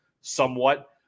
somewhat